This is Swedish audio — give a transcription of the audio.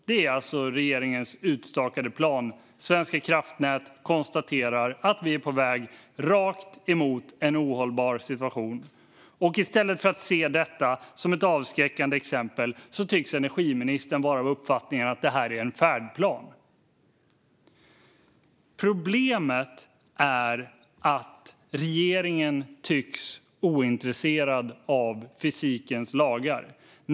Det är alltså regeringens utstakade plan. Svenska kraftnät konstaterar att vi är på väg rakt mot en ohållbar situation, och i stället för att se detta tycks energiministern vara av uppfattningen att det här är en färdplan. Problemet är att regeringen tycks vara ointresserad av fysikens lagar.